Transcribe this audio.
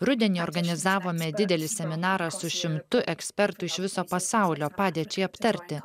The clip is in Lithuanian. rudenį organizavome didelį seminarą su šimtu ekspertų iš viso pasaulio padėčiai aptarti